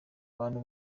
abantu